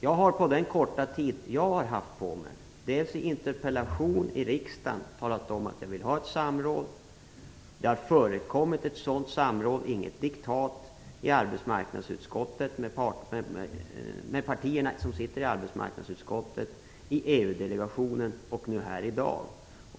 Jag har i en interpellation i riksdagen talat om att jag vill ha ett samråd. Det har förekommit ett sådant samråd - inget diktat - med de partier som sitter i arbetsmarknadsutskottet, med EU-delegationen och nu här.